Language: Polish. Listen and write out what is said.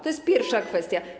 To jest pierwsza kwestia.